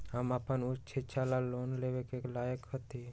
हम अपन उच्च शिक्षा ला लोन लेवे के लायक हती?